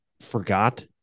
forgot